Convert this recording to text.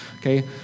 okay